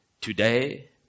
Today